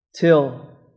till